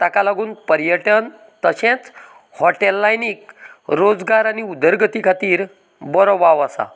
ताका लागून पर्यटन तशेंच हॉटेल लायनीक रोजगार आनी उदरगती खातीर बरो वाव आसा